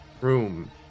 room